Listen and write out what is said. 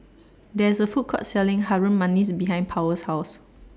There IS A Food Court Selling Harum Manis behind Powell's House